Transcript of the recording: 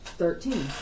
Thirteen